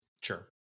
sure